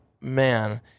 man